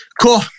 Cool